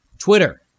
Twitter